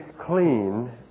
clean